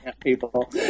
People